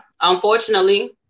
unfortunately